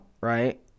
right